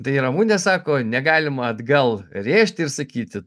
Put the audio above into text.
tai ramunė sako negalima atgal rėžti ir sakyti